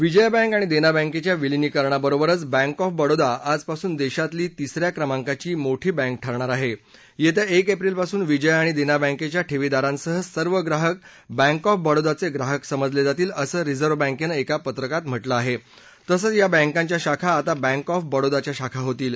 Vijaya bank आणि दस्ती बँक्छ्या विलीनीकरणाबरोबरच बँक ऑफ बडोदा आजपासून दध्ततली तिसऱ्या क्रमांकाची मोठी बँक ठरणार आह अस्थित एक एप्रिलपासून विजया आणि दसी बँक्स्पा ठर्पीदारांसह सर्व ग्राहक हब्रिक ऑफ बडोदाच ग्राहक समजलज्ञातील असं रिजर्व बँक्ती एका पत्रकात म्हटलं आह जिसंच या बँकांच्या शाखा आता बँक ऑफ बडोदाच्या शाखा होतील